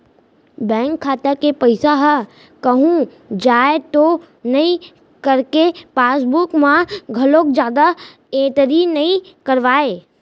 bank खाता के पइसा ह कहूँ जाए तो नइ करके पासबूक म घलोक जादा एंटरी नइ करवाय